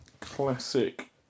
classic